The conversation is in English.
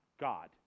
God